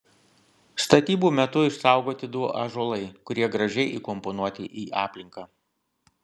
statybų metu išsaugoti du ąžuolai kurie gražiai įkomponuoti į aplinką